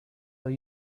that